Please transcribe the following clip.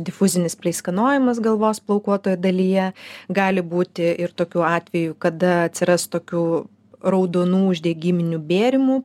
difuzinis pleiskanojantis galvos plaukuotoj dalyje gali būti ir tokių atvejų kada atsiras tokių raudonų uždegiminių bėrimų